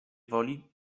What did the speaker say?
woli